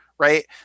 Right